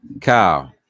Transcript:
Kyle